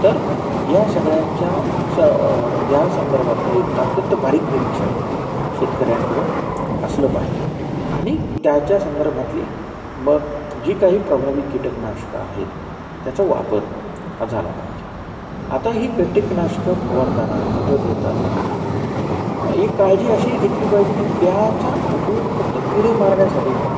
तर या सगळ्यांच्या स या संदर्भातलं एक अत्यंत बारीक निरीक्षण शेतकऱ्यांकडं असलं पाहिजे आणि त्याच्या संदर्भातली मग जी काही प्रभावी कीटकनाशकं आहेत त्याचा वापर हा झाला पाहिजे आता ही किटकनाशकं फवारताना खतं देताना एक काळजी अशी घेतली पाहिजे की त्याचा उपयोग फक्त किडे मारण्यासाठी व्हावा